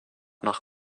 nach